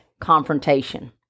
confrontation